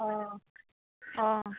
অঁ অঁ